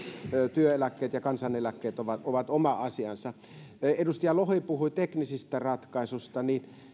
työeläkkeet ja kansaneläkkeet ovat oma asiansa edustaja lohi puhui teknisistä ratkaisuista